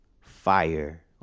fire